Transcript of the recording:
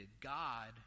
God